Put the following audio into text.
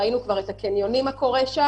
ראינו כבר מה קורה בקניונים.